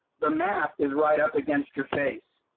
the mask is right up against your face.